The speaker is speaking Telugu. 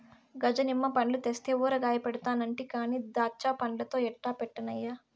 గజ నిమ్మ పండ్లు తెస్తే ఊరగాయ పెడతానంటి కానీ దాచ్చాపండ్లతో ఎట్టా పెట్టన్నయ్యా